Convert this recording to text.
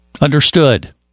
Understood